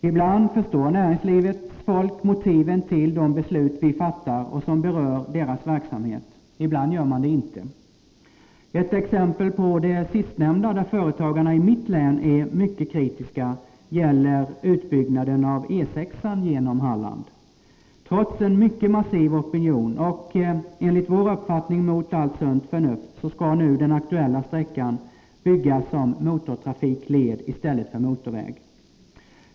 Ibland förstår näringslivets folk motiven till de beslut som vi fattar och som berör dess verksamhet. Ibland gör man det inte. Ett exempel på det sistnämnda, där företagarna i mitt län är mycket kritiska, gäller utbyggnaden av E 6-an genom Halland. Trots en mycket massiv opinion och, enligt vår uppfattning, mot allt sunt förnuft skall den nu aktuella sträckan byggas som motortrafikled i stället för motorväg.